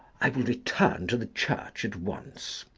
i will return to the church at once.